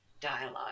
dialogue